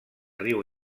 riu